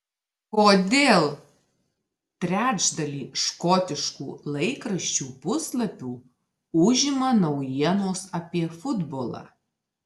kodėl trečdalį škotiškų laikraščių puslapių užima naujienos apie futbolą